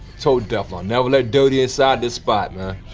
so deflon, never let dirty inside this spot, man.